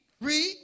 Read